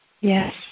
yes